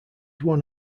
one